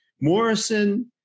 Morrison